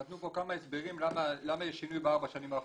נתנו פה כמה הסברים למה יש שינוי בארבע השנים האחרונות.